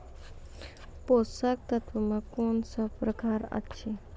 पोसक तत्व मे कून सब प्रकार अछि?